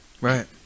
right